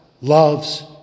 loves